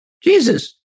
Jesus